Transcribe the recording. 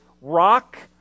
rock